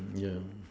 yeah